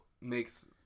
makes